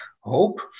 hope